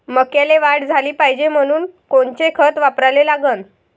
मक्याले वाढ झाली पाहिजे म्हनून कोनचे खतं वापराले लागन?